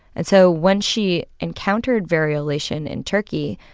and so when she encountered variolation in turkey,